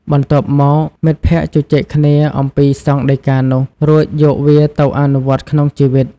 បន្ទាប់មក មិត្តភក្តិជជែកគ្នាអំពីសង្ឃដីកានោះ រួចយកវាទៅអនុវត្តក្នុងជីវិត។